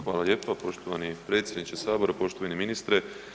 Hvala lijepo poštovani predsjedniče Sabora, poštovani ministre.